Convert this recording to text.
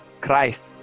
christ